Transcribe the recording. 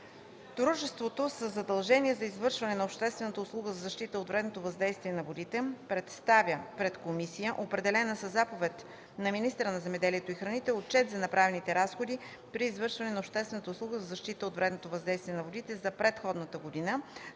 Дружеството със задължение за извършване на обществената услуга за защита от вредното въздействие на водите представя пред комисия, определена със заповед на министъра на земеделието и храните, отчет за направените разходи при извършване на обществената услуга за защита от вредното въздействие на водите за предходната година